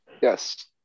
Yes